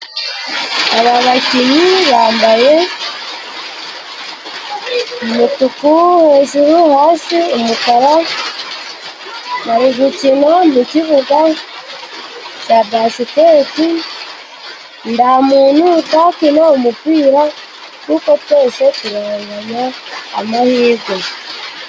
Aba bakinnyi bambaye umutuku hejuru, hasi umukara. Bari gukina mu kibuga cya basiketi. Nta muntu utakina umupira kuko twese turanganya amahirwe.